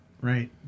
right